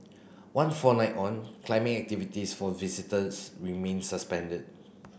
one fortnight on climbing activities for visitors remain suspended